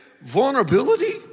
vulnerability